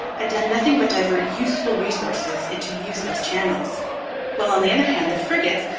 had done nothing but divert useful resources into useless channels while, on the other hand, the frigates,